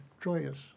joyous